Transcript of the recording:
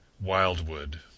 Wildwood